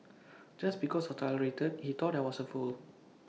just because I tolerated he thought I was A fool